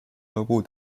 俱乐部